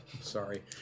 Sorry